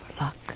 luck